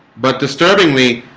but disturbingly